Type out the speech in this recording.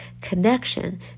connection